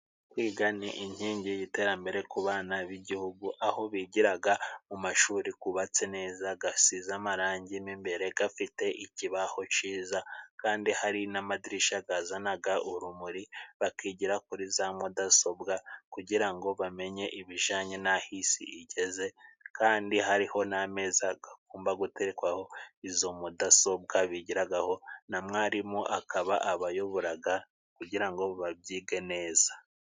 Kwiga ni inkingi y'iterambere ku bana b'igihugu aho bigiraga mu mashuri gubatse neza gasize amarangi mo imbere gafite ikibaho cyiza kandi hari n'amadirisha gazanaga urumuri, bakigira kuri za mudasobwa kugira ngo bamenye ibijyanye n'aho isi igeze, kandi hariho n'ameza gagomba guterekwaho izo mudasobwa bigiragaho, na mwarimu akaba abayoboraga kugira ngo babyige neza.